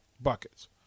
buckets